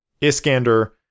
Iskander